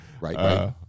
Right